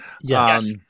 Yes